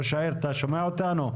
הוא לא נשמע אותנו.